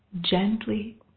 gently